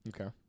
okay